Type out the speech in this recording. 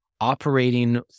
operating